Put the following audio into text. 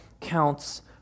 counts